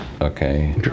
Okay